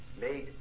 made